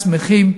שמחים,